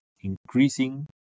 increasing